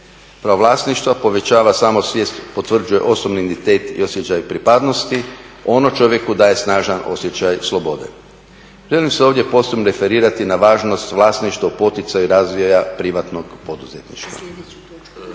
Pravo vlasništva povećava samosvijest, potvrđuje osobni identitet i osjećaj pripadnosti, ono čovjeku daje snažan osjećaj slobode. Želim se ovdje posebno referirati na važnost vlasništva u poticaju razvoja privatnog poduzetništva.